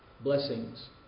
blessings